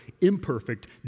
imperfect